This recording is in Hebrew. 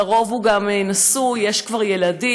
ולרוב הוא גם נשוי ויש כבר ילדים,